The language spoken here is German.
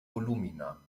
volumina